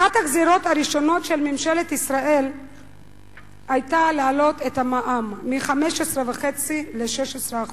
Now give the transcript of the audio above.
אחת הגזירות הראשונות של ממשלת ישראל היתה העלאת המע"מ מ-15.5% ל-16%.